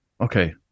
Okay